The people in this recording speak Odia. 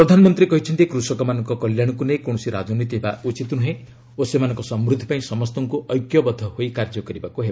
ପ୍ରଧାନମନ୍ତ୍ରୀ କହିଛନ୍ତି କୃଷକମାନଙ୍କ କଲ୍ୟାଶକୁ ନେଇ କୌଣସି ରାଜନୀତି ହେବା ଉଚିତ୍ ନୁହେଁ ଓ ସେମାନଙ୍କ ସମୃଦ୍ଧି ପାଇଁ ସମସ୍ତଙ୍କୁ ଐକ୍ୟବଦ୍ଧ ହୋଇ କାର୍ଯ୍ୟକରିବାକୁ ହେବ